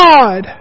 God